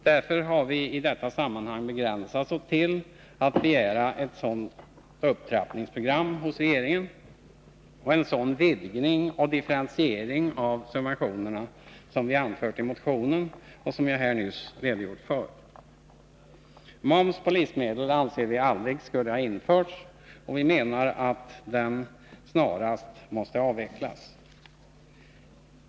Därför har vi i detta sammanhang begränsat oss till att begära ett sådant upptrappningsprogram hos regeringen och en sådan vidgning och differentiering av subventionerna som vi har anfört i motionen, och som jag här nyss redogjort för. Vi anser att moms på livsmedel aldrig skulle ha införts, och vi menar att den snarast måste avvecklas.